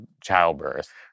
childbirth